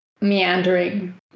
meandering